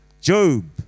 Job